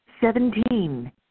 Seventeen